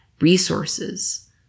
Resources